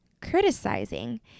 criticizing